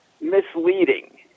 misleading